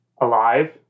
alive